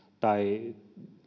tai